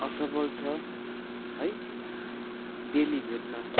असफल छ है डेली भेट्न